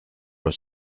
los